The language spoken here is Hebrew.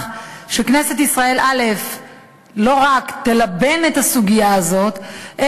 שכנסת ישראל לא רק תלבן את הסוגיה הזאת,